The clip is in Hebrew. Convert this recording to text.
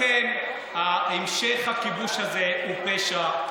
לכן, המשך הכיבוש הזה הוא פשע.